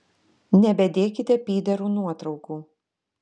nebedėkite pyderų nuotraukų